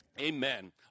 Amen